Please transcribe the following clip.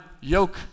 yoke